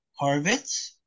Harvitz